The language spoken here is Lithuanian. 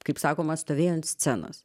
kaip sakoma stovėjo ant scenos